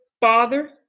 father